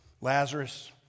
Lazarus